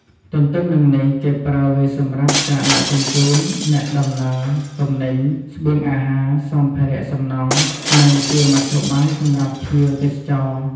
ទន្ទឹមនឹងនេះ គេប្រើវាសម្រាប់ការដឹកជញ្ជូនអ្នកដំណើរ ទំនិញ ស្បៀងអាហារ សម្ភារៈសំណង់ និងជាមធ្យោបាយសម្រាប់ភ្ញៀវទេសចរ។